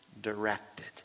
directed